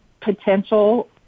potential